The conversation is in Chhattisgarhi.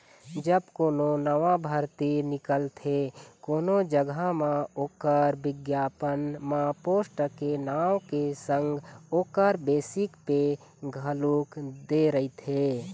जब कोनो नवा भरती निकलथे कोनो जघा म ओखर बिग्यापन म पोस्ट के नांव के संग ओखर बेसिक पे घलोक दे रहिथे